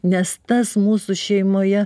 nes tas mūsų šeimoje